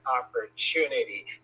opportunity